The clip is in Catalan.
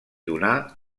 donà